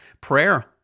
prayer